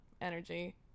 energy